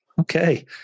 Okay